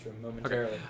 momentarily